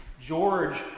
George